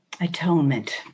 Atonement